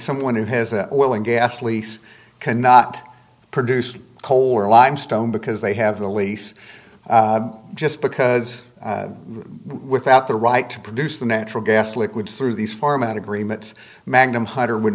someone who has a will and gas lease cannot produce coal or limestone because they have the lease just because without the right to produce the natural gas liquids through these farm out agreements magnum hunter would